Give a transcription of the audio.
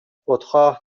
خودخواه